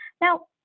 Now